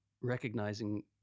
recognizing